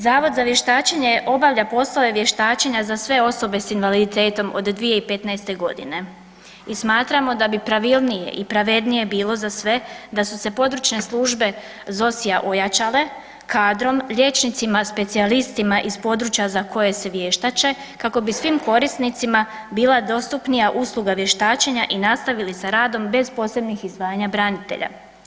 Zavod za vještačenje obavlja poslove vještačenja za sve osobe sa invaliditetom od 2015. godine i smatramo da bi pravilnije i pravednije bilo za sve da su se područne službe ZOSI-a ojačale kadrom, liječnicima specijalistima iz područja za koje se vještače kako bi svim korisnicima bila dostupnija usluga vještačenja i nastavili sa radom bez posebnih izdvajanja branitelja.